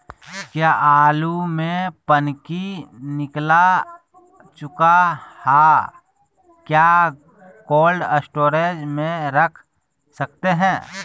क्या आलु में पनकी निकला चुका हा क्या कोल्ड स्टोरेज में रख सकते हैं?